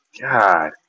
God